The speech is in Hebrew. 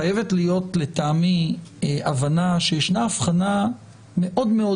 חייבת להיות לטעמי הבחנה מאוד-מאוד